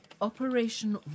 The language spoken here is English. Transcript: Operation